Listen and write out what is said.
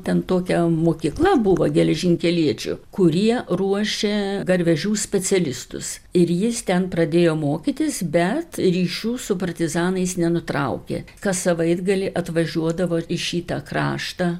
ten tokia mokykla buvo geležinkeliečių kurie ruošė garvežių specialistus ir jis ten pradėjo mokytis bet ryšių su partizanais nenutraukė kas savaitgalį atvažiuodavo į šitą kraštą